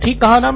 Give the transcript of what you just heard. ठीक कहा ना